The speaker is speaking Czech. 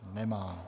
Nemá.